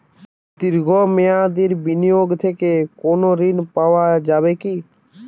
দীর্ঘ মেয়াদি বিনিয়োগ থেকে কোনো ঋন পাওয়া যাবে কী?